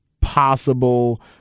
possible